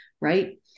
right